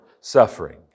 suffering